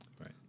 Right